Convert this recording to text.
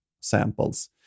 samples